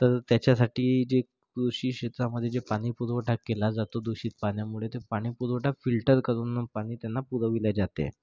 तर त्याच्यासाठी जी कृषिक्षेत्रामध्ये जे पाणीपुरवठा केला जातो दूषित पाण्यामुळे ते पाणीपुरवठा फिल्टर करून पाणी त्यांना पुरविले जाते